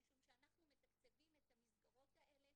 משום שאנחנו מתקצבים את המסגרות האלה.